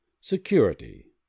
Security